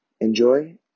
enjoy